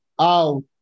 out